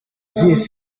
zihe